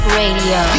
radio